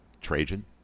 Trajan